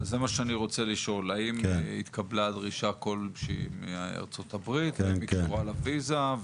האם התקבלה דרישה כלשהי מארצות הברית שקשורה לוויזה?